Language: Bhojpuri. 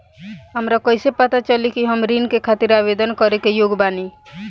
हमरा कइसे पता चली कि हम ऋण के खातिर आवेदन करे के योग्य बानी?